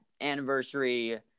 anniversary